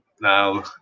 now